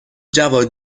جواد